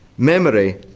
memory,